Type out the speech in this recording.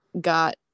got